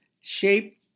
shape